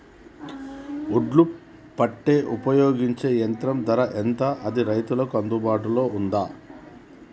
ఒడ్లు పెట్టే ఉపయోగించే యంత్రం ధర ఎంత అది రైతులకు అందుబాటులో ఉందా?